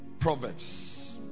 Proverbs